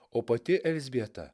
o pati elzbieta